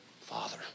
Father